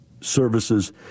services